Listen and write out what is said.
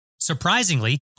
Surprisingly